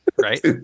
Right